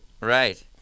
Right